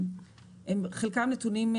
חלקם נתונים,